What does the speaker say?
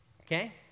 okay